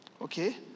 Okay